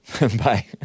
Bye